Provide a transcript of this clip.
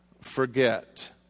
forget